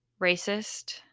racist